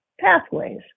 pathways